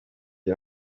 bya